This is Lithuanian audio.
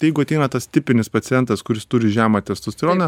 tai jeigu ateina tas tipinis pacientas kuris turi žemą testosteroną